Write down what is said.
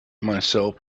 myself